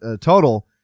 total